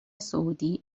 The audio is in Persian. سعودی